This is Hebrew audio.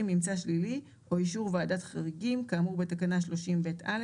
ממצא שלילי או אישור ועדת חריגים כאמור בתקנה 30ב(א),